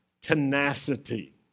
tenacity